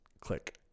click